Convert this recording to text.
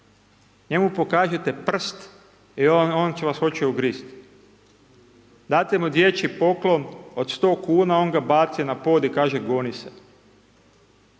Njemu pokažite prst i on vas hoće ugrist, date mu dječji poklon od 100 kuna, on ga baci na pod i kaže goni se.